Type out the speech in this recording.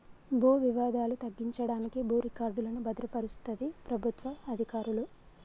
భూ వివాదాలు తగ్గించడానికి భూ రికార్డులను భద్రపరుస్తది ప్రభుత్వ అధికారులు